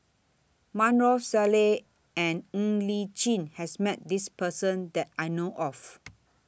Maarof Salleh and Ng Li Chin has Met This Person that I know of